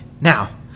Now